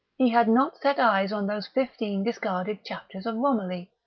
he had not set eyes on those fifteen discarded chapters of romilly.